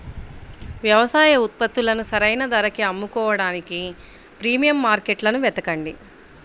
వ్యవసాయ ఉత్పత్తులను సరైన ధరకి అమ్ముకోడానికి ప్రీమియం మార్కెట్లను వెతకండి